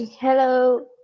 Hello